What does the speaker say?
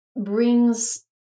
brings